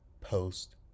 post